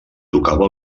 tocava